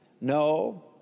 no